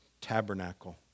tabernacle